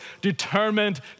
determined